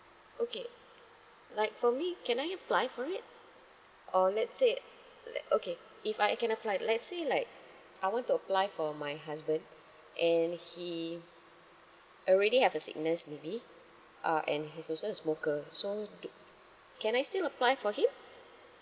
okay like for me can I apply for it or let's say let okay if I can apply let's say like I want to apply for my husband and he already have a sickness maybe uh and he's also a smoker so to can I still apply for him